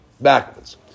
backwards